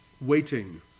waiting